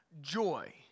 joy